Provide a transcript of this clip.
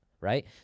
right